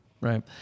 right